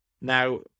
now